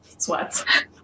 Sweats